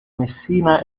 messina